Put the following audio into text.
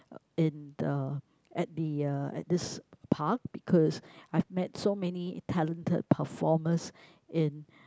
in the at the uh at this park because I've met so many talented performers in